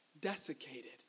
desiccated